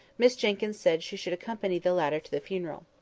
miss jenkyns said she should accompany the latter to the funeral.